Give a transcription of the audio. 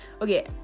okay